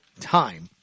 time